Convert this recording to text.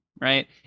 right